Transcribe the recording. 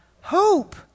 hope